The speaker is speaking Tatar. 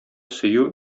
сөю